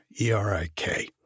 E-R-I-K